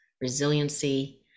resiliency